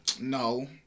No